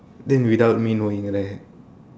then without me knowing right